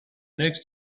next